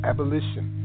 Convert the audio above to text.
Abolition